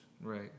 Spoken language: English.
Right